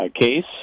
case